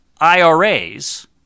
IRAs